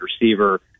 receiver